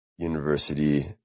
University